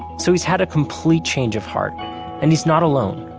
so he's had a complete change of heart and he's not alone.